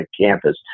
campus